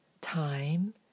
time